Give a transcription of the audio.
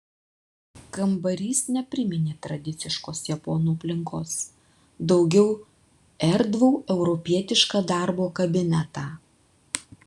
kambarys nepriminė tradiciškos japonų aplinkos daugiau erdvų europietišką darbo kabinetą